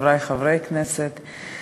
חברי חברי הכנסת,